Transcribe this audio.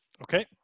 Okay